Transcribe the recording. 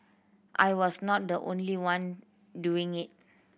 I was not the only one doing it